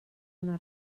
una